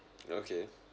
okay